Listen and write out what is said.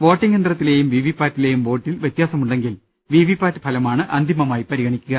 voting യന്ത്രത്തിലെയും വിവിപാറ്റിലെയും വോട്ടിൽ വ്യത്യാസമുണ്ടെ ങ്കിൽ വിവി പാറ്റ് ഫലമാണ് അന്തിമമായി പരിഗണിക്കുക